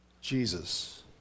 Jesus